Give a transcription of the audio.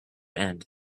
end